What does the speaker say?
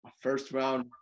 first-round